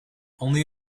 only